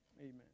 Amen